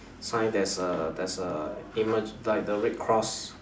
sign there's a there's a like the red cross